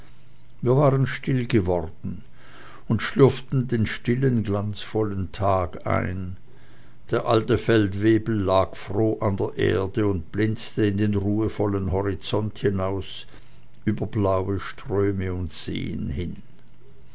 wir waren still geworden und schlürften den stillen glanzvollen tag ein der alte feldwebel lag froh an der erde und blinzte in den ruhevollen horizont hinaus über blaue ströme und seen hin